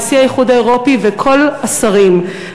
נשיא האיחוד האירופי וכל השרים.